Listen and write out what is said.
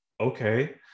okay